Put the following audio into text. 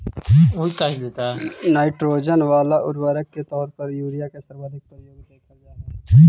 nitrogen वाला उर्वरक के तौर पर यूरिया के सर्वाधिक प्रयोग देखल जा हइ